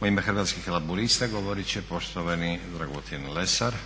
U ime Hrvatskih laburista govorit će poštovani Dragutin Lesar.